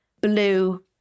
blue